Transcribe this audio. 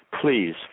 please